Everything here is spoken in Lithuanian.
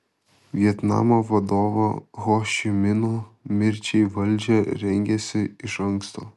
vietnamo vadovo ho ši mino mirčiai valdžia rengėsi iš anksto